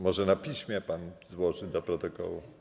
Może na piśmie pan złoży, do protokołu?